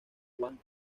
juan